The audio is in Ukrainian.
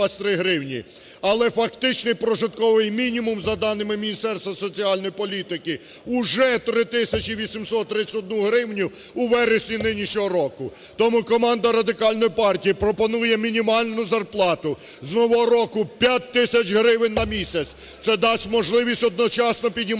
але фактичний прожитковий мінімум за даними Міністерства соціальної політики уже 3 тисячі 831 гривню у вересні нинішнього року. Тому команда Радикальної партії пропонує мінімальну зарплату з нового року 5 тисяч гривень на місяць. Це дасть можливість одночасно піднімати